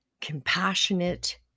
compassionate